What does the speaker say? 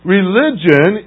Religion